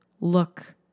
look